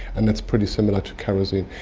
and that's pretty similar to kerosene.